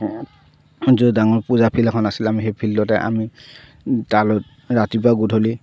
ডাঙৰ পূজা ফিল্ড এখন আছিল আমি সেই ফিল্ডতে আমি তালৈ ৰাতিপুৱা গধূলি